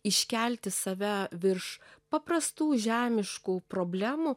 iškelti save virš paprastų žemiškų problemų